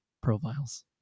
profiles